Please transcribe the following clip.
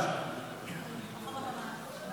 חבר הכנסת עודה.